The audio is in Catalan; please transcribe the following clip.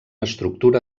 estructura